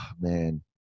man